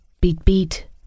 Beat-beat